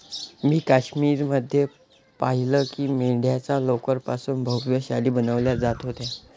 मी काश्मीर मध्ये पाहिलं की मेंढ्यांच्या लोकर पासून भव्य शाली बनवल्या जात होत्या